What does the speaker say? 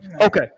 okay